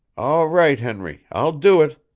all right, henry, i'll do it.